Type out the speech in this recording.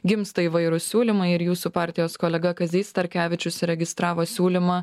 gimsta įvairūs siūlymai ir jūsų partijos kolega kazys starkevičius įregistravo siūlymą